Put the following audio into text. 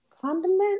condiment